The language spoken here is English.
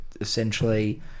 essentially